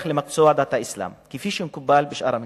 למקצוע דת האסלאם כפי שמקובל בשאר המקצועות,